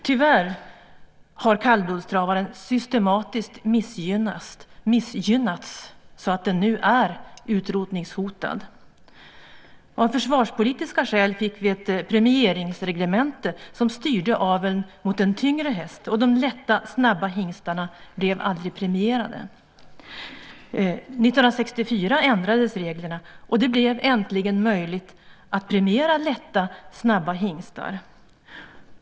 Tyvärr har kallblodstravaren systematiskt missgynnats så att den nu är utrotningshotad. Av försvarspolitiska skäl fick vi ett premieringsreglemente som styrde aveln mot en tyngre häst, och de lätta, snabba hingstarna blev aldrig premierade. 1964 ändrades reglerna, och det blev äntligen möjligt att premiera lätta, snabba hingstar.